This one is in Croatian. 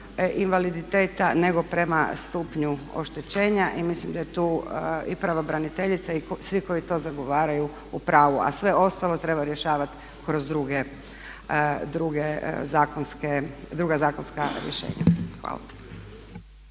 invaliditeta nego prema stupnju oštećenja i mislim da je tu i pravobraniteljica i svi koji to zagovaraju u pravu a sve ostalo treba rješavati kroz druga zakonska rješenja. Hvala.